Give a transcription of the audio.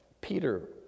Peter